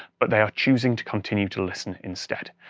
but they are choosing to continue to listen instead.